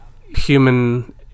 human